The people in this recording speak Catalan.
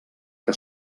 que